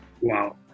wow